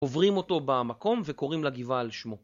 עוברים אותו במקום וקוראים לגבעה על שמו.